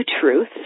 Truth